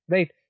Right